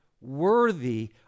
worthy